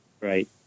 Right